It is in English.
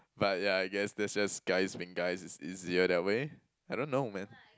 but yeah I guess that's just guys being guys it's easier that way I don't know man